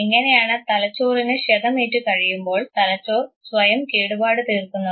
എങ്ങനെയാണ് തലച്ചോറിന് ക്ഷതമേറ്റു കഴിയുമ്പോൾ തലച്ചോർ സ്വയം കേടുപാട് തീർക്കുന്നത്